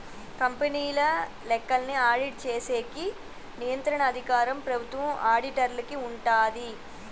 కంపెనీల లెక్కల్ని ఆడిట్ చేసేకి నియంత్రణ అధికారం ప్రభుత్వం ఆడిటర్లకి ఉంటాది